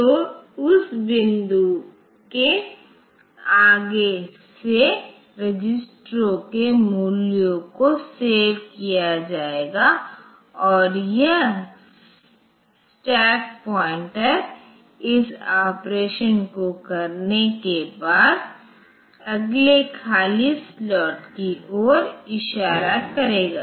तो उस बिंदु के आगे से रजिस्टरों के मूल्यों को सेव किया जाएगा और यह स्टैक पॉइंटर इस ऑपरेशन को करने के बाद अगले खाली स्लॉट की ओर इशारा करेगा